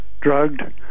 drugged